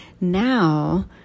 Now